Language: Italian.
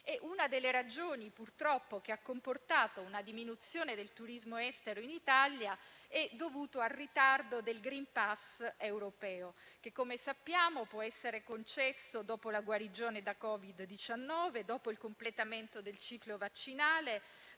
e una delle ragioni, purtroppo, che ha comportato una diminuzione del turismo estero in Italia è dovuta al ritardo del *green pass* europeo che - come sappiamo - può essere concesso dopo la guarigione da Covid-19, dopo il completamento del ciclo vaccinale,